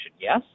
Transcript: Yes